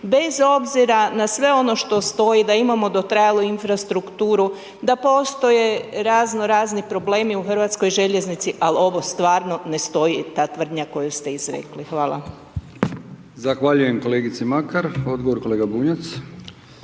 bez obzira na sve ono što stoji, da imamo dotrajalu infrastrukturu, da postoje razno razni problemi u HŽ-u, ali ovo stvarno ne stoji, ta tvrdnja koju ste izrekli. Hvala.